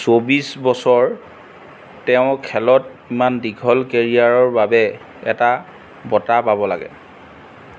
চৌব্বিছ বছৰ তেওঁ খেলত ইমান দীঘল কেৰিয়াৰৰ বাবে এটা বঁটা পাব লাগে